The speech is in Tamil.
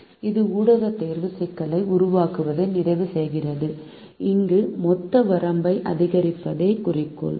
எனவே இது ஊடகத் தேர்வு சிக்கலை உருவாக்குவதை நிறைவு செய்கிறது அங்கு மொத்த வரம்பை அதிகரிப்பதே குறிக்கோள்